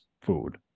food